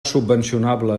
subvencionable